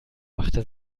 machte